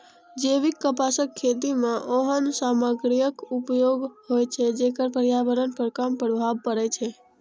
जैविक कपासक खेती मे ओहन सामग्रीक उपयोग होइ छै, जेकर पर्यावरण पर कम प्रभाव पड़ै छै